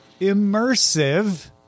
Immersive